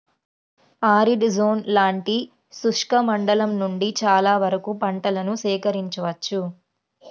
arid zone లాంటి శుష్క మండలం నుండి చాలా వరకు పంటలను సేకరించవచ్చు